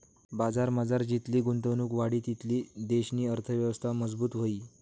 बजारमझार जितली गुंतवणुक वाढी तितली देशनी अर्थयवस्था मजबूत व्हयी